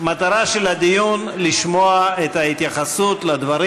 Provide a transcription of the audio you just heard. המטרה של הדיון היא לשמוע את ההתייחסות לדברים